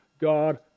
God